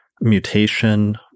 mutation